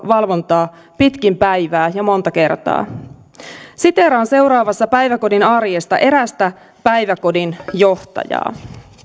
valvontaa pitkin päivää ja monta kertaa siteeraan seuraavassa päiväkodin arjesta erästä päiväkodin johtajaa